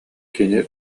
кини